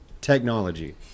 technology